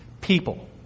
People